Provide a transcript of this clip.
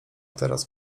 teraz